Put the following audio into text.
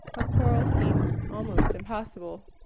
a quarrel seemed almost impossible.